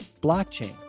blockchain